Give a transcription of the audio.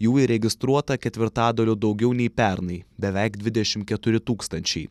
jų įregistruota ketvirtadaliu daugiau nei pernai beveik dvidešimt keturi tūkstančiai